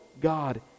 god